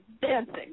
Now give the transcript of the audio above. dancing